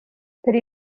pei